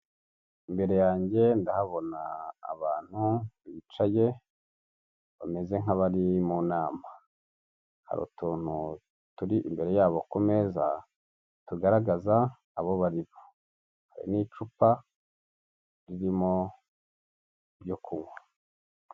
Imbere yanjye ndahabona abantu bicaye bameze nk'abari mu nam,a hari utuntu turi imbere yabo ku meza tugaragaza abo bari bo n'icupa ririmo icyo kunywa.